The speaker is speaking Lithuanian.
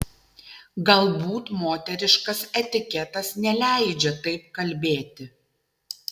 galbūt moteriškas etiketas neleidžia taip kalbėti